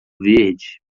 verde